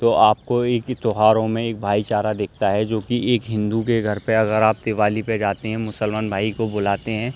تو آپ کو ایک ہی تہواروں میں ایک بھائی چارہ دیکھتا ہے جو کہ ایک ہندو کے گھر پہ اگر آپ دیوالی پہ جاتے ہیں مسلمان بھائی کو بلاتے ہیں